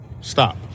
stop